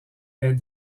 est